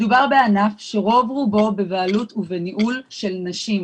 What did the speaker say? מדובר בענף שרוב רובו בבעלות ובניהול של נשים,